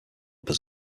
their